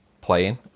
playing